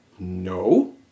no